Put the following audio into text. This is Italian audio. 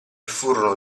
furono